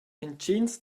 entgins